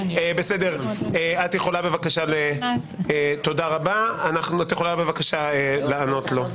בבקשה, את יכולה לענות לו.